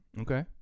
Okay